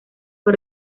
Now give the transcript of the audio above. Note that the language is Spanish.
fue